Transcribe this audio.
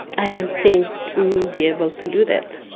i don't think we would be able to do that.